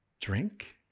drink